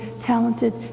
talented